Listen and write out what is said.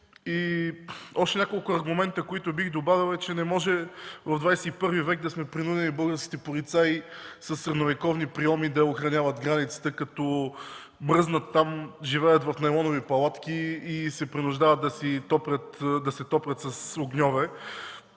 И още няколко аргумента, които бих добавил. Първият е, че не може в ХХІ век да сме принудени българските полицаи със средновековни прийоми да охраняват границата като мръзнат там, живеят в найлонови палатки и се принуждават да се топлят с огньове.